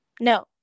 No